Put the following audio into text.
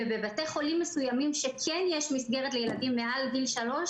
ובבתי חולים מסוימים שכן יש מסגרת לילדים מעל גיל שלוש,